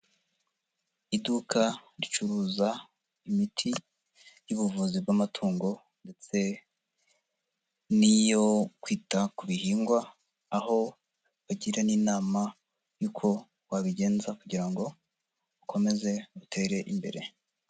Iduka ricuruza imiti y'ubuvuzi bw'amatungo, ndetse n'iyo kwita ku bihingwa, aho bagira n'inama yuko wabigenza kugira ngo ukomeze utere imbere.